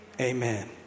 amen